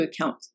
account